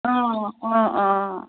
অঁ অঁ অঁ